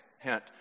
Hint